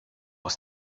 aus